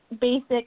basic